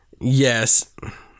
Yes